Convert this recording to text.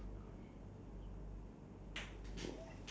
cause when they go down go by the expressway